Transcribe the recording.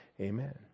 Amen